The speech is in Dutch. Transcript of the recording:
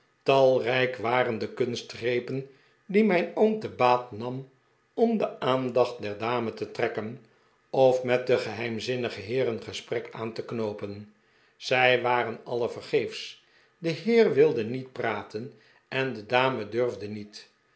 talrijk waren de kunstgrepen die mijn oom te baat nam om de aandacht der dame te trekken of met den geheimzinnigen heer een gesprek aan te knoopen zij waren alle vergeefsch de heer wilde niet praten en de dame durfde niet